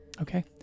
Okay